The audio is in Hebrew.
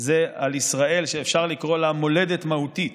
על ישראל זה שאפשר לקרוא לה "מולדת מהותית".